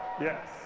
Yes